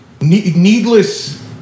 needless